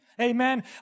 Amen